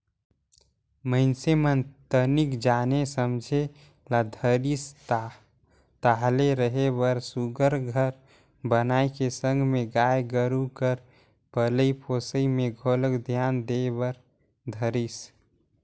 मइनसे मन तनिक जाने समझे ल धरिस ताहले रहें बर सुग्घर घर बनाए के संग में गाय गोरु कर पलई पोसई में घलोक धियान दे बर धरिस